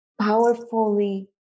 powerfully